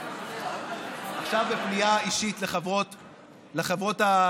עכשיו בפנייה אישית לחברות האופוזיציה,